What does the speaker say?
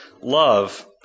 love